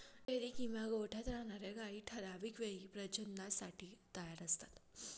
dairy किंवा गोठ्यात राहणार्या गायी ठराविक वेळी प्रजननासाठी तयार असतात